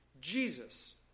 Jesus